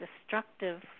destructive